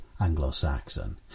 Anglo-Saxon